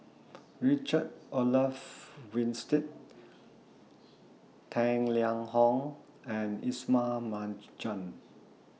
Richard Olaf Winstedt Tang Liang Hong and Ismail Marjan